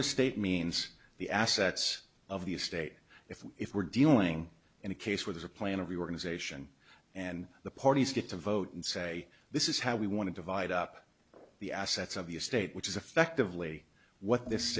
the state means the assets of the estate if it were dealing in a case where the plan of the organization and the parties get to vote and say this is how we want to divide up the assets of the estate which is effectively what this